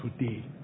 today